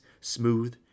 smooth